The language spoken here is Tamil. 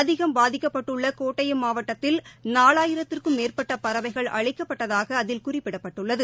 அதிகம் பாதிக்கப்பட்டுள்ள கோட்டயம் மாவட்டத்தில் நாலாயிரத்திற்கும் மேற்பட்ட பறவைகள் அழிக்கப்பட்டதாக அதில் குறிப்பிடப்பட்டுள்ளது